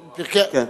נאמר: